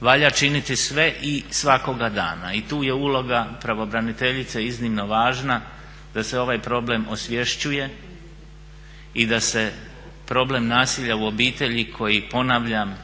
valja činiti sve i svakoga dana i tu je uloga pravobraniteljice iznimno važna da se ovaj problem osvješćuje i da se problem nasilja u obitelji koji ponavljam